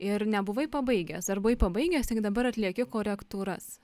ir nebuvai pabaigęs ar buvai pabaigęs tik dabar atlieki korektūras